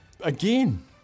again